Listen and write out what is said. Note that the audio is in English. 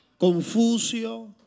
Confucio